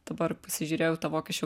dabar pasižiūrėjau į tą vokiečių